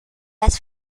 las